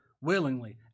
willingly